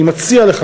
אני מציע לך,